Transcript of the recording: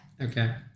Okay